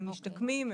הם משתקמים,